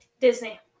Disney